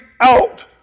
out